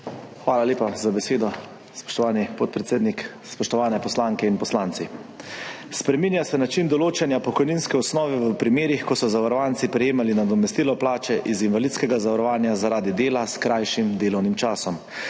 Hvala lepa za besedo. Spoštovani podpredsednik, spoštovane poslanke in poslanci! Spreminja se način določanja pokojninske osnove v primerih, ko so zavarovanci prejemali nadomestilo plače iz invalidskega zavarovanja zaradi dela s krajšim delovnim časom.